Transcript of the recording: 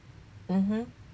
mmhmm